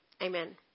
amen